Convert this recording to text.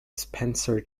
spencer